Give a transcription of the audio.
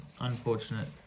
Unfortunate